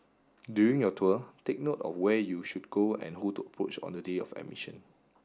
during your tour take note of where you should go and who to approach on the day of admission